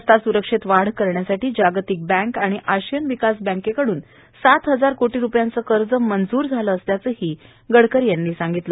रस्ता स्वरक्षेत वाढ करण्यासाठी जागतिक बँक आणि आशियन विकास बँकेकडून सात हजार कोटी रूपयांचं कर्ज मंजूर झालं असल्याचंही गडकरी यांनी सांगितलं